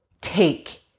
take